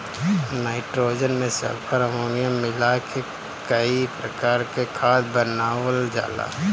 nitrogen में sulphur, ammonium मिला के कई प्रकार से खाद बनावल जाला